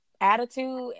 attitude